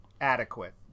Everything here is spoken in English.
adequate